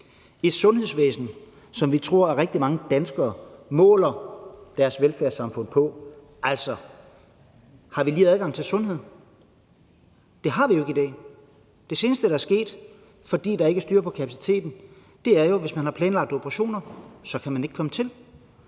et sundhedsvæsen, som vi tror at rigtig mange danskere måler deres velfærdssamfund på, en lige adgang til sundhed? Det har vi jo ikke i dag. Det seneste, der er sket, fordi der ikke er styr på kapaciteten, er jo, at man, hvis man har planlagt operationer, så ikke kan komme til.